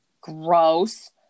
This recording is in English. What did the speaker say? Gross